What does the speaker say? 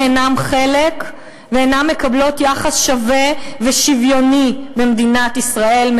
אינן חלק ואינן מקבלות יחס שווה ושוויוני במדינה ישראל,